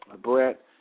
Brett